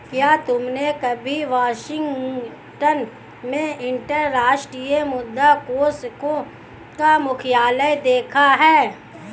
क्या तुमने कभी वाशिंगटन में अंतर्राष्ट्रीय मुद्रा कोष का मुख्यालय देखा है?